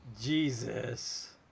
Jesus